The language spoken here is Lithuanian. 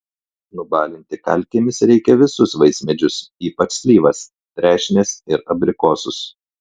nubalinti kalkėmis reikia visus vaismedžius ypač slyvas trešnes ir abrikosus